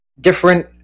different